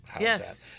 Yes